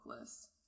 list